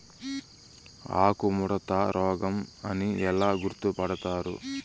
ఆకుముడత రోగం అని ఎలా గుర్తుపడతారు?